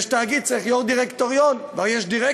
יש תאגיד, צריך יו"ר דירקטוריון, יש דירקטורים,